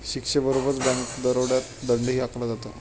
शिक्षेबरोबरच बँक दरोड्यात दंडही आकारला जातो